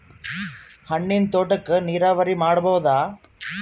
ಹಣ್ಣಿನ್ ತೋಟಕ್ಕ ನೀರಾವರಿ ಮಾಡಬೋದ?